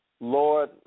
Lord